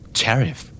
tariff